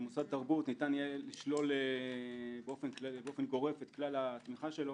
ניתן יהיה לשלול באופן גורף את כלל התמיכה שלו.